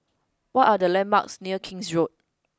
what are the landmarks near King's Road